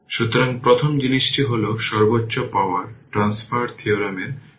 সুতরাং মোট 30টি বা 31টি সমস্যা তৈরি করেছে